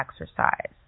exercise